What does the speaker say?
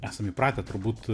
esam įpratę turbūt